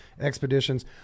Expeditions